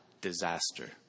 Disaster